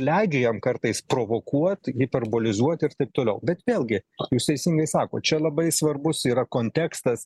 leidžia jam kartais provokuot hiperbolizuot ir taip toliau bet vėlgi jūs teisingai sakot čia labai svarbus yra kontekstas